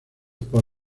por